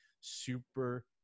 super